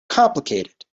complicated